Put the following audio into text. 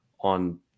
on